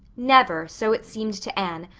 never, so it seemed to anne,